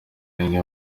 bimwe